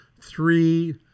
three